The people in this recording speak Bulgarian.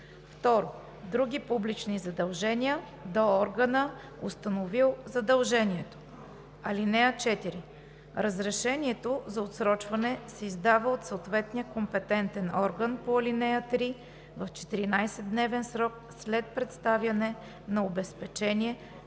2. други публични задължения – до органа, установил задължението. (4) Разрешението за отсрочване се издава от съответния компетентен орган по ал. 3 в 14-дневен срок след представяне на обезпечение,